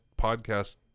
podcast